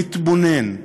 מתבונן,